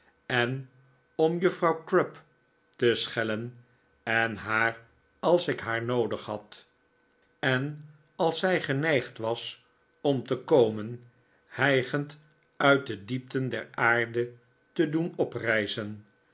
en om juffrouw crupp te schellen en haar als ik haar noodig had en alszii geneigd was om te komen hijgend uit de diepten der aarde te dpen